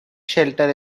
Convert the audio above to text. shelter